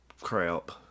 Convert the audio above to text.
crap